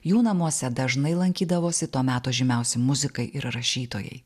jų namuose dažnai lankydavosi to meto žymiausi muzikai ir rašytojai